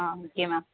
ah okay ma'am